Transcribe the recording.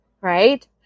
right